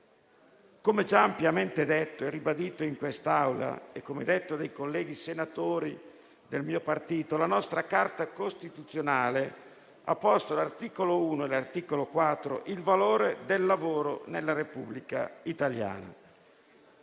Come già ampiamente detto e ribadito in quest'Aula e come detto dai colleghi senatori del mio partito, la nostra Carta costituzionale ha posto all'articolo 1 e all'articolo 4 il valore del lavoro nella Repubblica italiana.